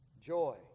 joy